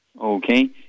Okay